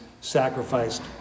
sacrificed